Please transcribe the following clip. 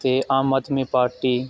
ਅਤੇ ਆਮ ਆਦਮੀ ਪਾਰਟੀ